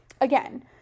again